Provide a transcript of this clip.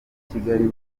kigali